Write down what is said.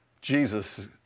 Jesus